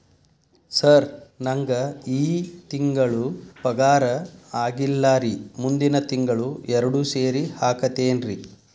sir ನಂಗ ಈ ತಿಂಗಳು ಪಗಾರ ಆಗಿಲ್ಲಾರಿ ಮುಂದಿನ ತಿಂಗಳು ಎರಡು ಸೇರಿ ಹಾಕತೇನ್ರಿ